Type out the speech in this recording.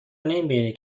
نمیبینی